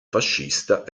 fascista